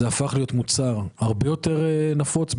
זה הפך להיות מוצר הרבה יותר נפוץ,